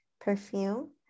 perfume